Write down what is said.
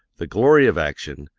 the glory of action,